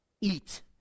eat